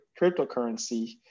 cryptocurrency